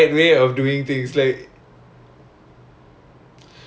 oh you went like private doctor or [what]